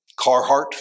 Carhartt